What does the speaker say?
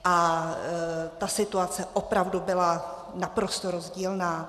A ta situace opravdu byla naprosto rozdílná.